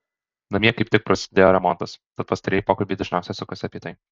namie kaip tik prasidėjo remontas tad pastarieji pokalbiai dažniausiai sukasi apie tai